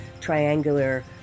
triangular